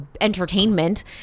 entertainment